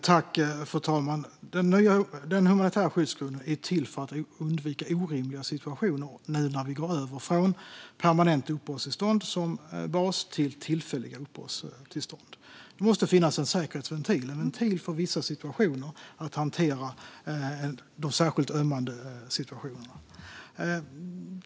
Fru talman! Den humanitära skyddsgrunden är till för att undvika orimliga situationer när vi nu går över från permanenta uppehållstillstånd som bas till tillfälliga uppehållstillstånd. Det måste finnas en säkerhetsventil för att man ska kunna hantera vissa särskilt ömmande situationer.